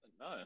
No